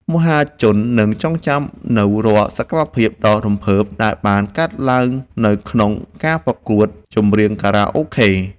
មហាជននឹងចងចាំនូវរាល់សកម្មភាពដ៏រំភើបដែលបានកើតឡើងនៅក្នុងការប្រកួតចម្រៀងខារ៉ាអូខេ។